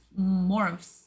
morphs